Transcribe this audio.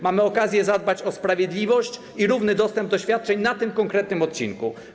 Mamy okazję zadbać o sprawiedliwość i równy dostęp do świadczeń na tym konkretnym odcinku.